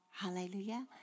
Hallelujah